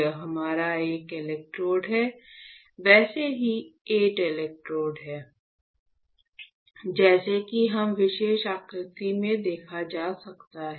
यह हमारा एक इलेक्ट्रोड है वैसे ही 8 इलेक्ट्रोड हैं जैसा कि इस विशेष आकृति में देखा जा सकता है